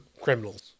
criminals